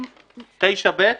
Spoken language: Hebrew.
9(ב)?